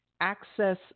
access